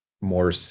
more